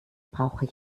brauche